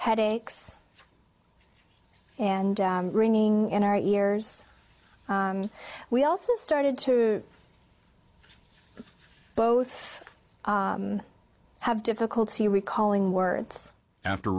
headaches and bringing in our ears we also started to both men have difficulty recalling words after